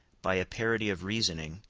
by a parity of reasoning,